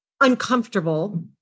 uncomfortable